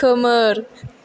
खोमोर